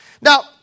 Now